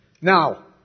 Now